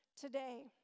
today